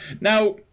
Now